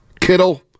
Kittle